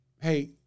Hey